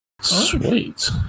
Sweet